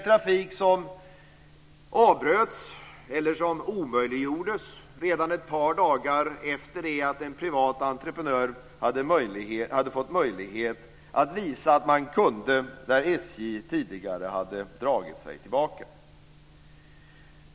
Trafiken omöjliggjordes redan ett par dagar efter det att en privat entreprenör hade fått möjlighet att visa att man kunde, där SJ tidigare hade dragit sig tillbaka.